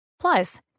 Plus